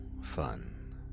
fun